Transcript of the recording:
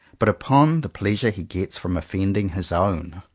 but upon the pleasure he gets from offending his own.